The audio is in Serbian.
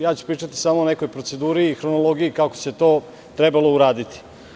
Ja ću pričati samo o nekoj proceduri i hronologiji kako se to trebalo uraditi.